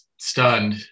Stunned